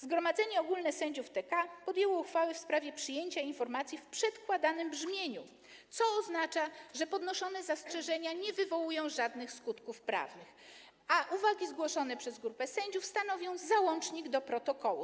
Zgromadzenie Ogólne Sędziów TK podjęło uchwałę w sprawie przyjęcia informacji w przedkładanym brzmieniu, co oznacza, że podnoszone zastrzeżenia nie wywołują żadnych skutków prawnych, a uwagi zgłoszone przez grupę sędziów stanowią załącznik do protokołu.